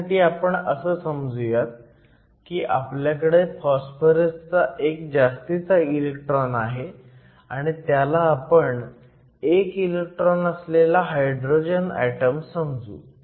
ह्यासाठी आपण असं समजूयात की आपल्याकडे फॉस्फरस चा एक जास्तीचा इलेक्ट्रॉन आहे आणि त्याला आपण एक इलेक्ट्रॉन असलेला हायड्रोजन ऍटम समजू